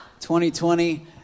2020